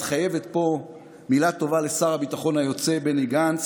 מתחייבת פה מילה טובה לשר הביטחון היוצא בני גנץ,